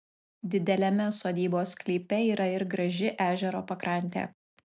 dideliame sodybos sklype yra ir graži ežero pakrantė